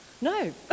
No